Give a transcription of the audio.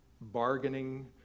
bargaining